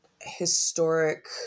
historic